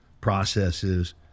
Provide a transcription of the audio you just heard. processes